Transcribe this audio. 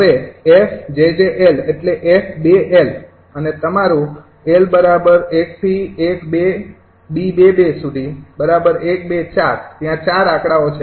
હવે 𝑓𝑗𝑗 𝑙 એટલે 𝑓૨ 𝑙 અને તમારુ 𝑙૧૨𝐵૨૧૨ ૪ ત્યાં ૪ આંકડાઓ છે